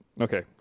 Okay